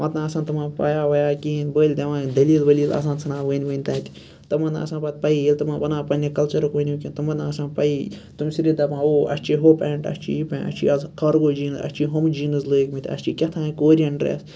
پَتہٕ نہٕ آسان تِمَن پیا ویا کِہیٖنۍ بٔلۍ دِوان دٔلیٖل ؤلیٖل آسان ژھٕنان ؤنۍ ؤنۍ تَتہِ تِمَن نہٕ آسان پَتہٕ پَیٖی ییٚلہِ تِمَن وَنان پَننہِ کَلچَرُک ؤنِو کینٛہہ تِمَن نہٕ آسان پَیی تِم چھِ صرف دَپان ہووو اَسہِ چھُ ہہُ پیٚنٛٹ اَسہِ چھُ یہِ پیٚنٛٹ اَسہِ چھُی آزٕ کارگو جیٖنٕز اَسہِ چھی ہُم جیٖنٕز لٲگمٕنۍ اَسہِ چھُی کیٚتھانۍ کوریَن ڈرٮ۪س